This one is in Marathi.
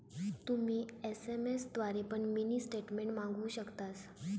तुम्ही एस.एम.एस द्वारे पण मिनी स्टेटमेंट मागवु शकतास